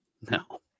No